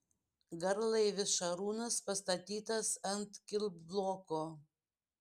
garlaivis šarūnas pastatytas ant kilbloko